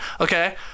Okay